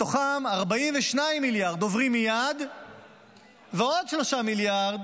מתוכם 42 מיליארד עוברים מייד ועוד 3 מיליארד